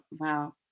Wow